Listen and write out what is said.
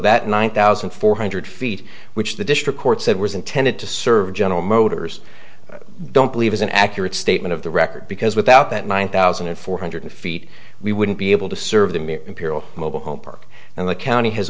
that one thousand four hundred feet which the district court said was intended to serve general motors don't believe is an accurate statement of the record because without that nine thousand four hundred feet we wouldn't be able to serve the imperial mobile home park and the county has